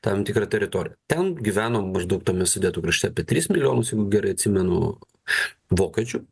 tam tikrą teritoriją ten gyveno maždaug tame sėdėtų krašte apie tris milijonus jeigu gerai atsimenu vokiečių